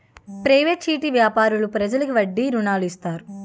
private చిట్టి వ్యాపారులు ప్రజలకు వడ్డీకి రుణాలు ఇస్తారు